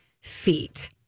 feet